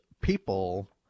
people